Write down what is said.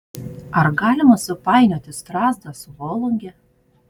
ar galima supainioti strazdą su volunge